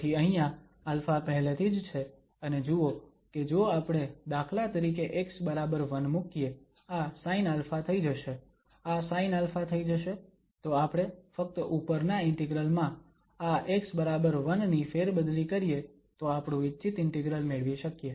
તેથી અહીંયા α પેહલેથી જ છે અને જુઓ કે જો આપણે દાખલા તરીકે x1 મૂકીએ આ sinα થઈ જશે આ sinα થઈ જશે તો આપણે ફક્ત ઉપરના ઇન્ટિગ્રલ માં આ x1 ની ફેરબદલી કરીએ તો આપણું ઈચ્છિત ઇન્ટિગ્રલ મેળવી શકીએ